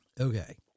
Okay